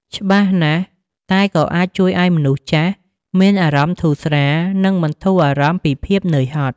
ច្បាស់ណាស់ តែក៏អាចជួយឱ្យមនុស្សចាស់មានអារម្មណ៍ធូរស្រាល និងបន្ធូរអារម្មណ៍ពីភាពនឿយហត់។